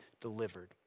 delivered